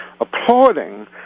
applauding